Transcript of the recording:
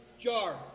jar